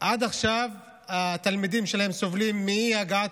עד עכשיו התלמידים שלהם סובלים מאי-הגעת